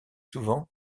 souvent